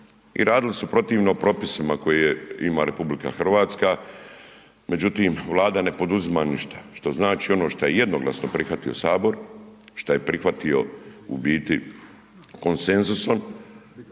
I radili su protivno propisima koje ima RH, međutim Vlada ne poduzima ništa, što znači ono što je jednoglasno prihvatio Sabor, šta je prihvatio u biti konsenzusom